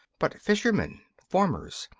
but fishermen, farmers,